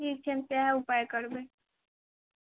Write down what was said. ठीक छै हम सेहे उपाय करबै